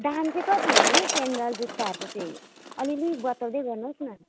दाम चाहिँ कति हो नि हौ सेन्डल जुत्ताहरूको चाहिँ अलिअलि बताउँदै गर्नुहोस् न